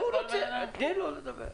תני לו לדבר.